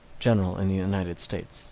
general in the united states